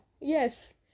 Yes